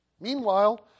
Meanwhile